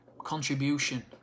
Contribution